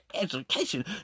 education